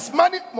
money